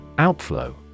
Outflow